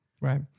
Right